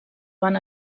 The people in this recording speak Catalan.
van